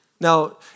Now